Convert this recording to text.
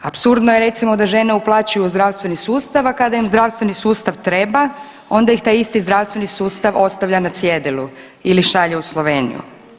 Apsurdno je recimo da žene uplaćuju u zdravstveni sustav, a kada im zdravstveni sustav treba onda ih taj isti zdravstveni sustav ostavlja na cjedilu ili šalje u Sloveniju.